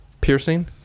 Piercing